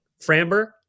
Framber